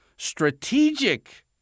strategic